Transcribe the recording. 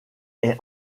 est